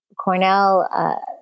Cornell